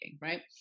right